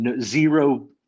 zero